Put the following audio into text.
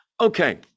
Okay